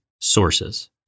sources